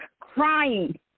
crying